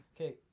Okay